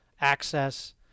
access